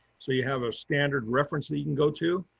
so you have a standard reference that you can go to.